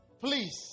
please